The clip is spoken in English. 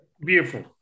Beautiful